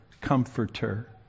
comforter